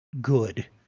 good